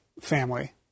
family